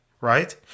right